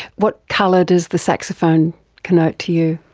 what colour does the saxophone connote to you?